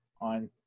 on